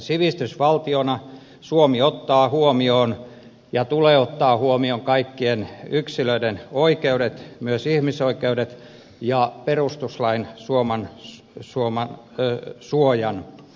sivistysvaltiona suomi ottaa huomioon ja sen tulee ottaa huomioon kaikkien yksilöiden oikeudet myös ihmisoikeudet ja perustuslain suoman suojan